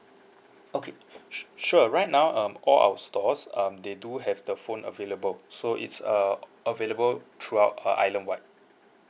okay su~ sure right now um all our stores um they do have the phone available so it's uh available throughout uh island wide